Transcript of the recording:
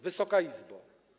Wysoka Izbo!